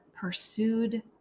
pursued